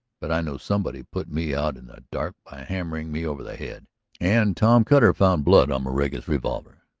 but i know somebody put me out in the dark by hammering me over the head and tom cutter found blood on moraga's revolver.